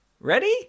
ready